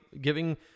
giving